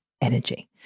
energy